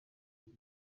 iki